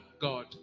God